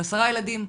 על עשרה ילדים?